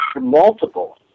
multiple